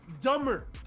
dumber